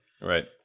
Right